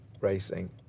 racing